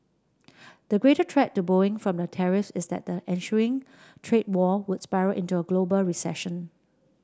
the greater threat to Boeing from the tariffs is that the ensuing trade war would spiral into a global recession